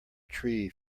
tree